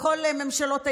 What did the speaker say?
בכל ממשלות הימין?